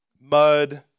mud